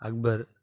Akbar